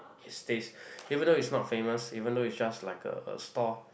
it's taste even though it's not famous even though it's just like a a store